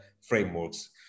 frameworks